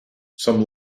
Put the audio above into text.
some